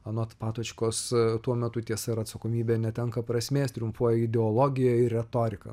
anot patočkos tuo metu tiesa ir atsakomybė netenka prasmės triumfuoja ideologija ir retorika